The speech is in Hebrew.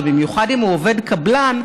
ובמיוחד אם הוא עובד קבלן,